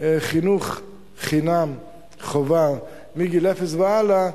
חינוך חינם חובה מגיל אפס והלאה,